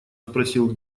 спросил